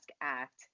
act